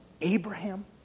Abraham